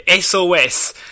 SOS